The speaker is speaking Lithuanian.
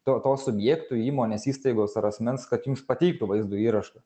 to to subjektų įmonės įstaigos ar asmens kad jums pateiktų vaizdo įrašą